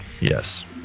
Yes